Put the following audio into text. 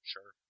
Sure